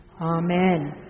Amen